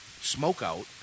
smokeout